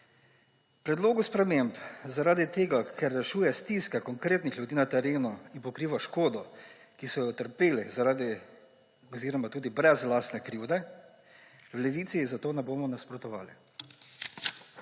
Predlogu sprememb zaradi tega, ker rešuje stiske konkretnih ljudi na terenu in pokriva škodo, ki so jo utrpeli tudi brez lastne krivde, v Levici zato ne bomo nasprotovali.